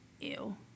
ew